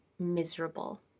miserable